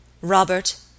Robert